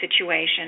situation